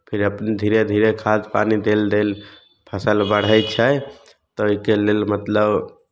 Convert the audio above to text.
फेर अपने धीरे धीरे खाद पानि देल देल फसल बढ़ै छै तऽ ओहिके लेल मतलब